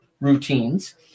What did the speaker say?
routines